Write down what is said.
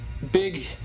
Big